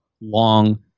long